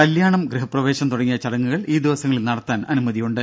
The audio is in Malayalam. കല്യാണം ഗൃഹപ്രവേശം തുടങ്ങിയ ചടങ്ങുകൾ ഈ ദിവസങ്ങളിൽ നടത്താൻ അനുമതിയുണ്ട്